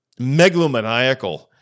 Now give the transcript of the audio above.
megalomaniacal